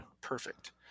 perfect